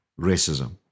racism